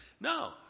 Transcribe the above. No